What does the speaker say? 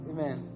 Amen